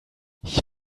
ich